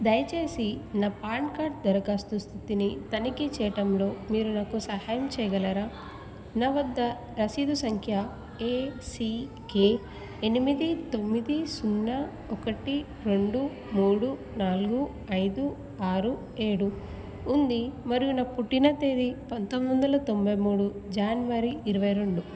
దయచేసి నా PAN card దరఖాస్తు స్థితిని తనిఖీ చేయటంలో మీరు నాకు సహాయం చేయగలరా నా వద్ద రసీదు సంఖ్య ఏసీకె ఎనిమిది తొమ్మిది సున్నా ఒకటి రెండు మూడు నాలుగు ఐదు ఆరు ఏడు ఉంది మరియు నా పుట్టిన తేదీ పంతొమ్మిది వందల తొంభై మూడు జనవరి ఇరవై రెండు